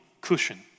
cushion